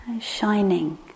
shining